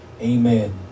Amen